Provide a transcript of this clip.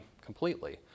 completely